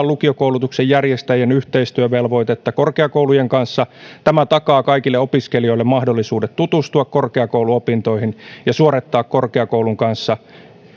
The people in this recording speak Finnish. lukiokoulutuksen järjestäjien yhteistyövelvoitetta korkeakoulujen kanssa tämä takaa kaikille opiskelijoille mahdollisuuden tutustua korkeakouluopintoihin ja suorittaa korkeakoulun kanssa